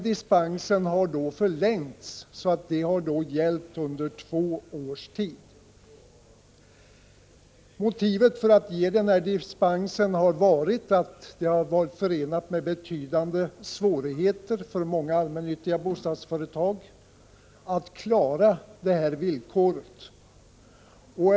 Dispensen har förlängts och gällt under två års tid. Motivet för att ge denna dispens var att det har varit förenat med betydande svårigheter för många allmännyttiga bostadsföretag att klara det här villkoret.